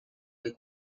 või